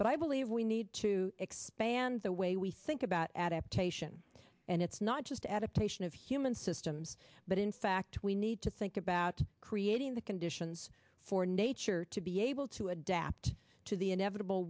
but i believe we need to expand the way we think about adaptation and it's not just adaptation of human systems but in fact we need to think about creating the conditions for nature to be able to adapt to the inevitable